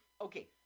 Okay